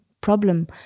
problem